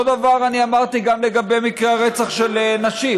אותו דבר אני אמרתי גם לגבי מקרי רצח של נשים.